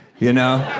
you know?